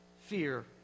fear